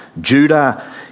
Judah